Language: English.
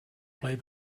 play